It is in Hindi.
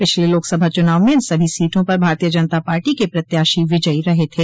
पिछले लोकसभा चुनाव में इन सभी सीटों पर भारतीय जनता पार्टी के प्रत्याशी विजयी रहे थे